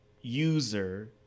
user